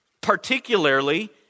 Particularly